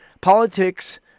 Politics